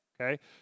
okay